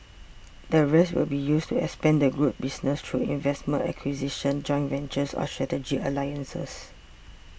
the rest will be used to expand the group's business through investments acquisitions joint ventures or strategic alliances